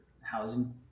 housing